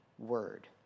Word